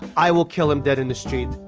i will kill him dead in the street.